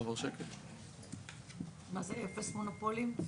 מה זה אפס מונופולים?